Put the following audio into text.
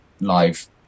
live